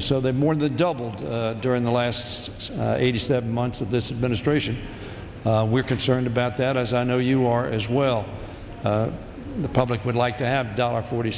so they're more the doubled during the last eighty seven months of this ministration we're concerned about that as i know you are as well the public would like to have dollar forty